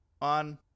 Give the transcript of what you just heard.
on